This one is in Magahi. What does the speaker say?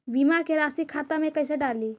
बीमा के रासी खाता में कैसे डाली?